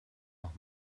noch